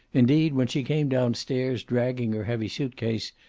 indeed, when she came down stairs, dragging her heavy suitcase,